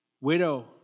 widow